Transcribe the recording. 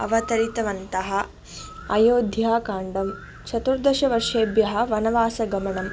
अवतरितवन्तः अयोध्याकाण्डं चतुर्दशवर्षेभ्यः वनवासगमनम्